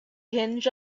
hinge